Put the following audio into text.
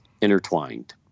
intertwined